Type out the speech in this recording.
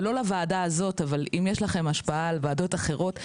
זה לא לוועדה הזאת אבל אם יש לכם השפעה על ועדות אחרות,